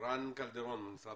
רן קלדרון ממשרד